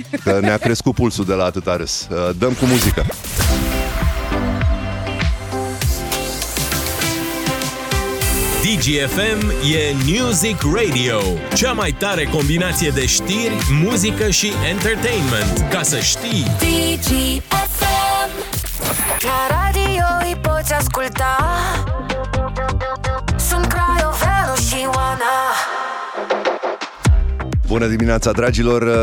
Că ne-a crescut pulsul de la atâta râs. Dăm cu muzică. Digi FM e Music Radio, cea mai tare combinație de știri, muzică și entertainment. Ca să știi. Digi FM. La radio îi poți asculta. Sunt Craioveanu și Oana. Bună dimineața, dragilor.